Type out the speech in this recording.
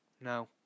No